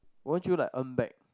won't you like earn back